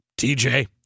TJ